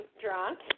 drunk